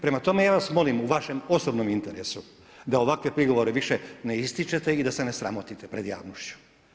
Prema tome, ja vas molim u vašem osobnom interesu da ovakve prigovore više ne ističite i da se ne sramotite pred javnošću.